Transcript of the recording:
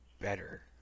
better